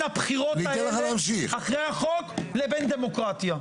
הבחירות האלה אחרי החוק לבין דמוקרטיה.